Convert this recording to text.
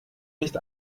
nicht